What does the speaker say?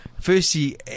Firstly